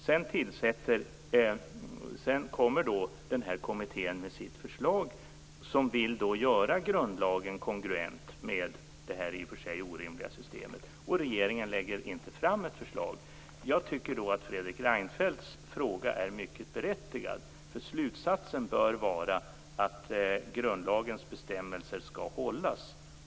Sedan kom den här kommittén med sitt förslag, där man ville göra grundlagen kongruent med det här i och för sig orimliga systemet, och regeringen lade inte fram ett förslag. Jag tycker då att Fredrik Reinfeldts fråga är mycket berättigad. Slutsatsen bör vara att grundlagens bestämmelser skall hållas.